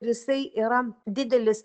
jisai yra didelis